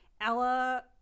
ella